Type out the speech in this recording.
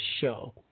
show